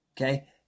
Okay